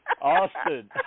Austin